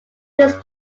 this